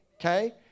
Okay